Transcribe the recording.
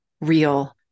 real